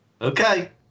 Okay